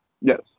Yes